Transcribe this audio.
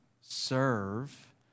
serve